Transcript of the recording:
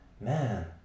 man